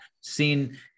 Seen